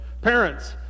parents